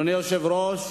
אדוני היושב-ראש,